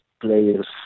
players